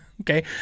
okay